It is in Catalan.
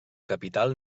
capital